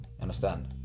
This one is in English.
understand